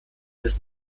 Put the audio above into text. bis